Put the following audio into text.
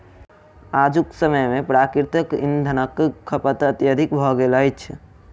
आजुक समय मे प्राकृतिक इंधनक खपत अत्यधिक भ गेल अछि